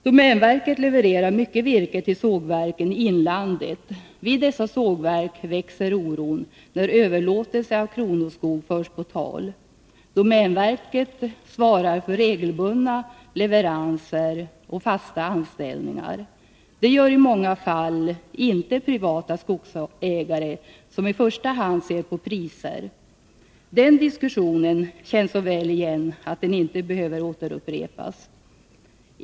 Domänverket levererar mycket virke till sågverken i inlandet. Vid dessa sågverk växer oron när överlåtelse av kronoskog förs på tal. Domänverket svarar för regelbundna leveranser och fasta anställningar. Det gör i många fall inte privata skogsägare. De ser i första hand på priser. Den diskussionen känns så väl igen att den inte behöver återupprepas.